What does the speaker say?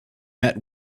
met